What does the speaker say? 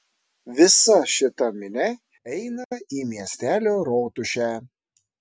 visa šita minia eina į miestelio rotušę